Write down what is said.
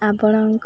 ଆପଣଙ୍କ